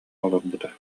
олорбута